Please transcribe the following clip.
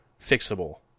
fixable